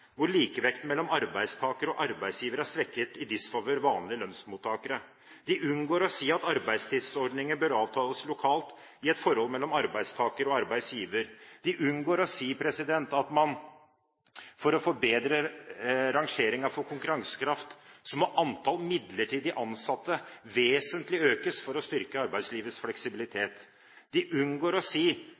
hvor likevekten mellom arbeidstaker og arbeidsgiver er svekket i disfavør av vanlige lønnsmottakere. De unngår å si at arbeidstidsordninger bør avtales lokalt i et forhold mellom arbeidstaker og arbeidsgiver. De unngår å si at man for å forbedre rangeringen for konkurransekraft må antall midlertidig ansatte økes vesentlig for å styrke arbeidslivets fleksibilitet. De unngår å si